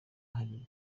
hari